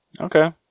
Okay